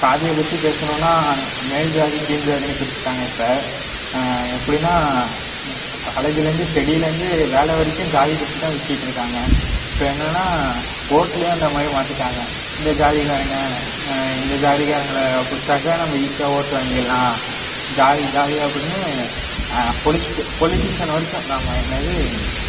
சாதியைப் பற்றி பேசணும்னால் மேல் சாதி கீழ் சாதினு பிரித்துட்டாங்க இப்போ எப்படின்னால் காலேஜிலேருந்து ஸ்டேடிலேருந்து வேலை வரைக்கும் சாதி பற்றிதான் பேசுக்கிட்டிருக்காங்க இப்போ என்னான்னால் ஓட்டுலேயும் அந்த மாதிரி மாற்றிட்டாங்க இந்த ஜாதிக்காரங்க இந்த ஜாதிக்காரங்களை பிடிச்சாக்கா நம்ம ஈஸியாக ஓட்டு வாங்கிடலாம் சாதி சாதி அப்படினு பொலிட்டிஷ் பொலிட்டிஷியன் வரைக்கும் ஆமாம் என்னது